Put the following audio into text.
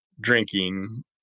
drinking